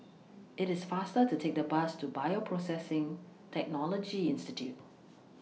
IT IS faster to Take The Bus to Bioprocessing Technology Institute